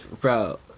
bro